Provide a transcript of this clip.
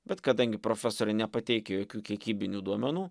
bet kadangi profesorė nepateikia jokių kiekybinių duomenų